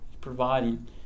providing